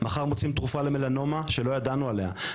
מחר מוצאים תרופה למלנומה שלא ידענו עליה,